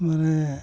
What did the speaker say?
ᱢᱟᱱᱮ